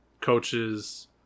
coaches